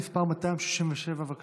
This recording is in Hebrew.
מס' 267. בבקשה.